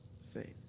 Say